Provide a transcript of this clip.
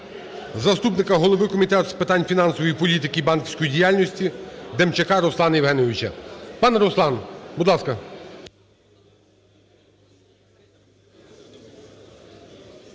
заступника голови Комітету з питань фінансової політики і банківської діяльності Демчака Руслана Євгеновича. Пане Руслане, будь ласка.